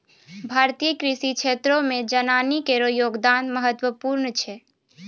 भारतीय कृषि क्षेत्रो मे जनानी केरो योगदान महत्वपूर्ण छै